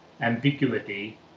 ambiguity